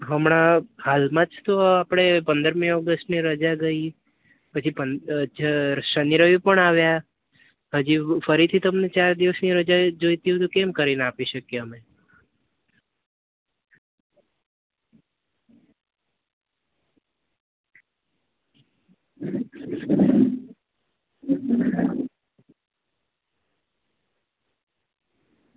હમણાં હાલમાં જ તો આપણે પંદરમી ઓગસ્ટની રજા ગઈ પછી જ શનિ રવિ પણ આવ્યા હજી ફરીથી તમને ચાર દિવસની રજા જોઈતી હોત તો કેમ કરીને આપી શકીએ અમે